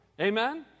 Amen